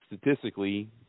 statistically